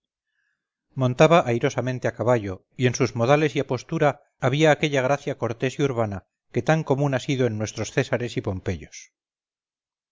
montaba airosamente a caballo y en sus modales y apostura había aquella gracia cortés y urbana que tan común ha sido en nuestros césares y pompeyos